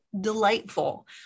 delightful